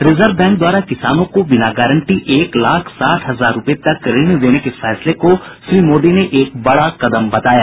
reserve Bank द्वारा किसानों को बिना गारंटी एक लाख साठ हजार रूपये तक ऋण देने के फैसले को श्री मोदी ने एक बड़ा कदम बताया